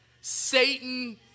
Satan